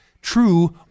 true